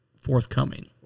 forthcoming